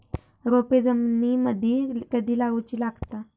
रोपे जमिनीमदि कधी लाऊची लागता?